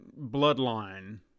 bloodline